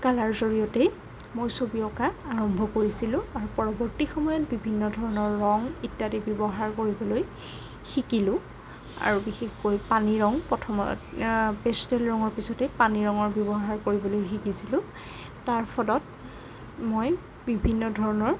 colour জড়িয়তে মোৰ ছবি অকা আৰম্ভ কৰিছিলোঁ আৰু পৰৱৰ্তী সময়ত বিভিন্ন ধৰণৰ ৰং ইত্যাদি ব্যৱহাৰ কৰিবলৈ শিকিলোঁ আৰু বিশেষকৈ পানী ৰং প্ৰথম পেষ্টেল ৰঙৰ পিছতেই পানী ৰঙৰ ব্যৱহাৰ কৰিবলৈ শিকিছিলোঁ তাৰ ফলত মই বিভিন্ন ধৰণৰ